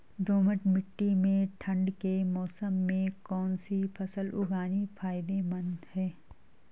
दोमट्ट मिट्टी में ठंड के मौसम में कौन सी फसल उगानी फायदेमंद है?